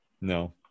No